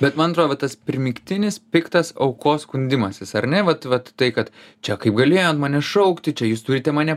bet man atrodo va tas primygtinis piktas aukos skundimasis ar ne vat vat tai kad čia kaip galėjo ant manęs šaukti čia jūs turite mane